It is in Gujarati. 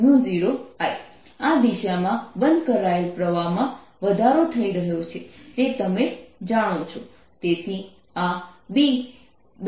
dl0I આ દિશામાં બંધ કરાયેલા પ્રવાહમાં વધારો થઈ રહ્યો છે તે તમે જાણો છો